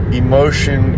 emotion